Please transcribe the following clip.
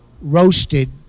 roasted